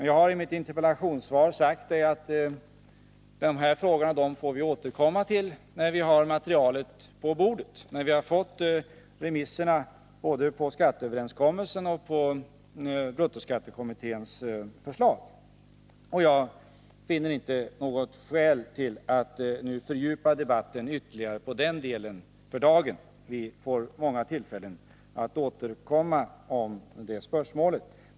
Jag har i mitt interpellationssvar sagt att den frågan får vi återkomma till när vi har fått remissutlåtandena på både skatteöverenskommelsen och bruttoskattekommitténs förslag, och jag finner inget skäl att för dagen fördjupa debatten ytterligare på den punkten. Vi får många tillfällen att återkomma till det spörsmålet.